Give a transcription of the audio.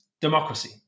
democracy